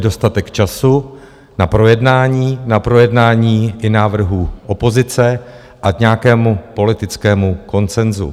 Byl by dostatek času na projednání, na projednání i návrhů opozice a k nějakému politickému konsenzu.